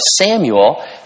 Samuel